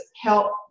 help